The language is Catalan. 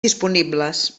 disponibles